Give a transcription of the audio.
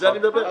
על זה אני מדבר.